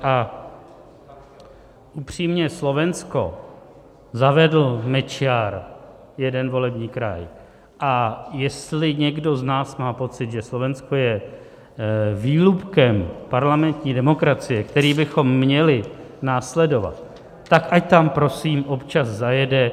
A upřímně, Slovensko Mečiar zavedl jeden volební kraj, a jestli někdo z nás má pocit, že Slovensko je výlupkem parlamentní demokracie, který bychom měli následovat, tak ať tam prosím občas zajede.